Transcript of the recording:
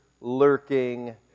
lurking